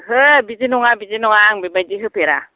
ओहो बिदि नङा बिदि नङा आं बेबादि होफेरा